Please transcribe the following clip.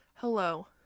Hello